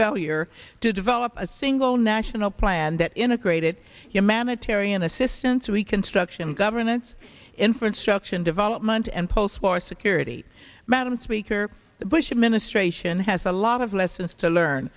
failure to develop a single national plan and that integrated humanitarian assistance we construction governance in for instruction development and post war security madam speaker the bush administration has a lot of lessons to learn